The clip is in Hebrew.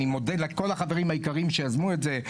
אני מודה לכל החברים היקרים שיזמו את זה,